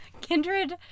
kindred